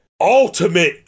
ultimate